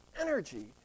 energy